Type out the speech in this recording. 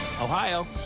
Ohio